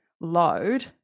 load